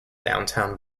downtown